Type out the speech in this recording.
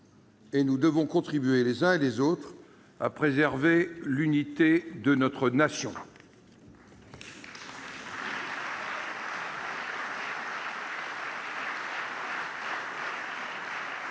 Nous devons contribuer les uns et les autres à préserver l'unité de la Nation.